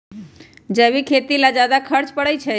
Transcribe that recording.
जैविक खेती ला ज्यादा खर्च पड़छई?